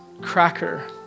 cracker